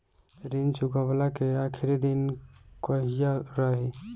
ऋण चुकव्ला के आखिरी दिन कहिया रही?